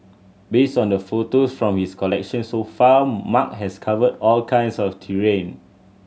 based on the photos from his collection so far Mark has covered all kinds of terrain